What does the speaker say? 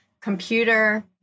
computer